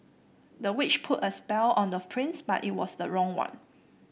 the witch put a spell on the prince but it was the wrong one